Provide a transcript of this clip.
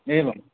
एवम्